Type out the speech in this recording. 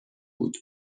بود